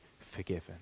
forgiven